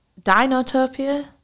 dinotopia